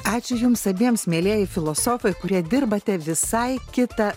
ačiū jums abiems mielieji filosofai kurie dirbate visai kitą